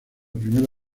primera